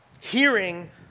hearing